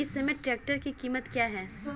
इस समय ट्रैक्टर की कीमत क्या है?